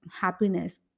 happiness